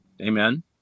Amen